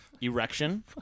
erection